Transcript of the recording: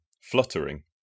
fluttering